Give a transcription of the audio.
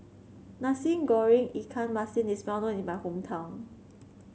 Nasi Goreng Ikan Masin is well known in my hometown